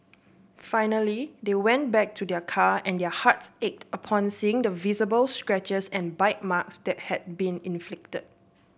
finally they went back to their car and their hearts ached upon seeing the visible scratches and bite marks that had been inflicted